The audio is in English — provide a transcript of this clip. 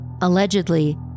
Allegedly